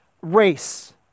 race